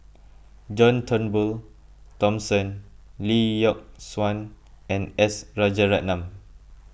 John Turnbull Thomson Lee Yock Suan and S Rajaratnam